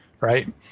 Right